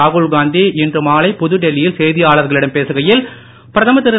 ராகுல் காந்தி இன்று மாலை புதுடில்லி யில் செய்தியாளர்களிடம் பேசுகையில் பிரதமர் திரு